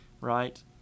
right